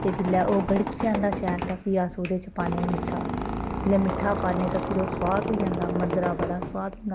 ते जेल्लै ओह् गढ़की जंदा शैल ते फ्ही अस ओह्दे च पान्नें मिट्ठा जेल्लै मिट्ठा पान्नें ते फिर ओह् सुआद होई जंदा मदरा बड़ा सुआद होंदा